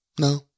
no